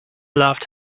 laughed